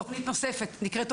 תוכנית נוספת נקראת "אופקים",